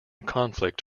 conflict